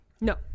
No